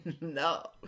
No